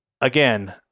again